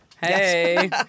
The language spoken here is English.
Hey